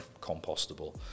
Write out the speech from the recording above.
compostable